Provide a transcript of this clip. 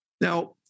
Now